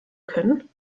können